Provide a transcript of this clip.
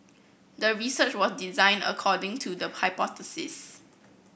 the research was designed according to the hypothesis